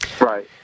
Right